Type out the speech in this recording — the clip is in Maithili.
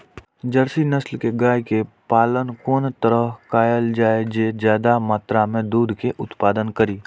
जर्सी नस्ल के गाय के पालन कोन तरह कायल जाय जे ज्यादा मात्रा में दूध के उत्पादन करी?